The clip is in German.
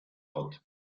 hat